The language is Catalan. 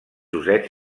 ossets